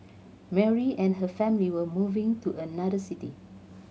Mary and her family were moving to another city